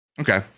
okay